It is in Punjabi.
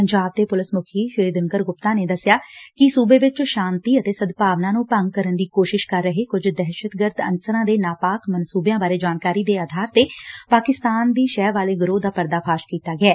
ਪੰਜਾਬ ਦੇ ਪੁਲਿਸ ਮੁੱਖੀ ਦਿਨਕਰ ਗੁਪਤਾ ਨੇ ਦੱਸਿਆ ਕਿ ਸੁਬੇ ਵਿੱਚ ਸ਼ਾਂਤੀ ਅਤੇ ਸਦਭਾਵਨਾ ਨੰ ਭੰਗ ਕਰਨ ਦੀ ਕੋਸ਼ਿਸ਼ ਕਰ ਰਹੇ ਕੁਝ ਦਹਿਸ਼ਤਗਰਦ ਅਨਸਰਾਂ ਦੇ ਨਾਪਾਕ ਮਨਸੁਬਿਆਂ ਬਾਰੇ ਜਾਣਕਾਰੀ ਦੇ ਅਧਾਰ ਤੇ ਪਾਕਿਸਤਾਨ ਦੀ ਸ਼ਹਿ ਵਾਲੇ ਗਰੋਹ ਦਾ ਪਰਦਾ ਫਾਸ਼ ਕੀਤੈ